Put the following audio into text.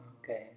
Okay